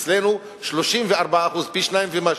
אצלנו, 34%, פי שניים ומשהו.